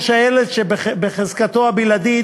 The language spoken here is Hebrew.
או שהילד הוא בחזקתו הבלעדית,